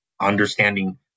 Understanding